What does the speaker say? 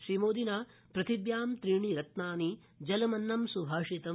श्रीमोदिना पृथिव्यां त्रीणि रत्नानि जलमन्न सुभाषितम